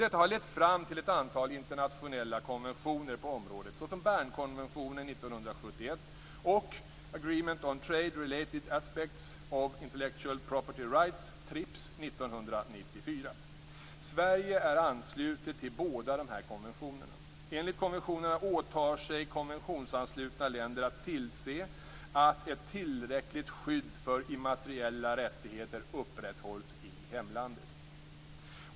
Detta har lett fram till ett antal internationella konventioner på området såsom Bernkonventionen Intellectual Property Rights, TRIPs, 1994. Sverige är anslutet till båda dessa konventioner. Enligt konventionerna åtar sig konventionsanslutna länder att tillse att ett tillräckligt skydd för immateriella rättigheter upprätthålls i hemlandet.